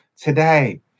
today